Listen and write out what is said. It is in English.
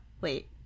Wait